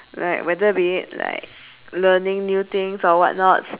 like whether be it like learning new things or what not